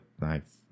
knife